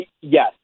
Yes